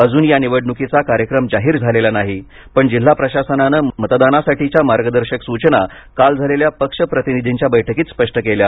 अजून या निवडणुकीचा कार्यक्रम जाहीर झालेला नाही पण जिल्हा प्रशासनानं मतदानासाठीच्या मार्गदर्शक सूचना काल झालेल्या पक्ष प्रतिनिधींच्या बैठकीत स्पष्ट केल्या